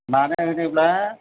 मानो होनोब्ला